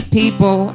people